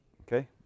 Okay